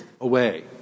away